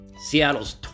Seattle's